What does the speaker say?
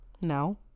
No